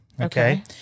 Okay